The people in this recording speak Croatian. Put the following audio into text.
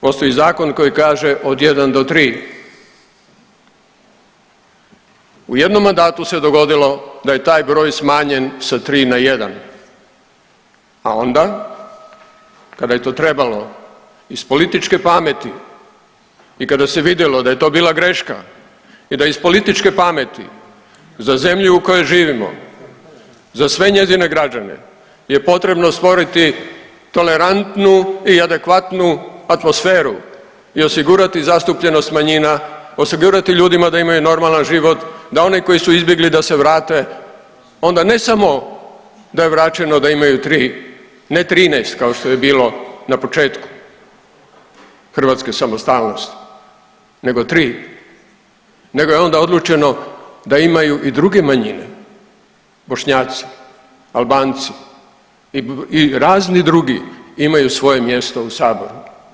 Postoji zakon koji kaže od 1 do 3. U jednom mandatu se dogodilo da je taj broj smanjen sa 3 na 1, a onda kada je to trebalo iz političke pameti i kada se vidjelo da je to bila greška i da iz političke pameti za zemlju u kojoj živimo, za sve njezine građane je potrebno stvoriti tolerantnu i adekvatnu atmosferu i osigurati zastupljenost manjina, osigurati ljudima da imaju normalan život, da oni koji su izbjegli da se vrate onda ne samo da je vraćeno da imaju tri ne 13 kao što je bilo na početku hrvatske samostalnosti nego tri nego je onda odlučeno da imaju i druge manjine Bošnjaci, Albanci i razni drugi imaju svoje mjesto u saboru.